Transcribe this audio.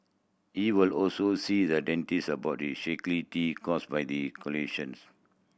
he will also see the dentist about his shaky teeth caused by the collisions